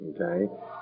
Okay